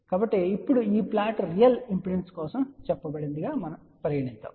కాబట్టి ఇప్పుడు ఈ ప్లాట్ రియల్ ఇంపిడెన్స్ కోసం చెప్పబడింది గా పరిగణించండి